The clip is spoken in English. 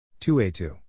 2a2